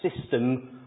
system